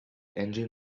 engine